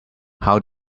how